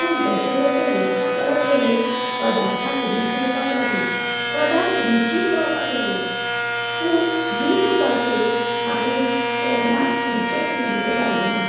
पूण जशें जशें यत्न करत गेलें पदार्थाक रूच येवपाक लागली पदार्थ रुचीक जावपाक लागलें पूण युटुबाचेर हांवे केन्नाच खंयचेच विडियो घालें नात